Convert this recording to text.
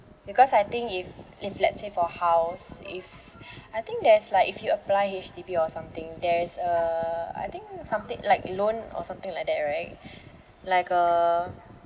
because I think if if let's say for house if I think there's like if you apply H_D_B or something there's a I think something like loan or something like that right like a